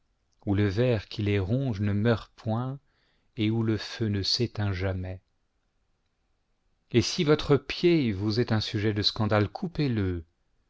où le ver qui les ronge ne meurt point et où le feu ne s'éteint jamais et si votre pied vous est un sujet de scandale coupezle il